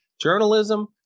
Journalism